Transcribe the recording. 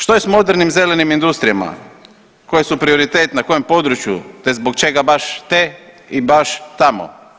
Što je s modernim zelenim industrijama koje su prioritet na kojem području te zbog čega baš te i baš tamo?